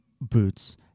boots